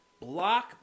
block